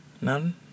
None